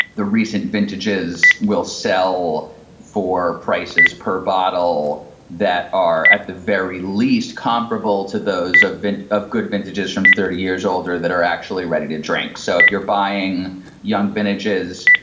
the recent vintages will sell for prices per bottle that are at the very least comparable to those event of good vintages from thirty years older that are actually ready to drink. so if you're buying young vintages,